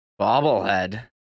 bobblehead